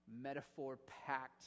metaphor-packed